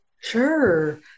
Sure